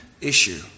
issue